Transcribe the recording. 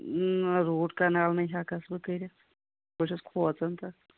نہ روٗٹ کَنال نَے ہٮ۪کَس بہٕ کٔرِتھ بہٕ چھس کھوژان تَتھ